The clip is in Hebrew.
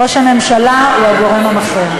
ראש הממשלה הוא הגורם הנכון.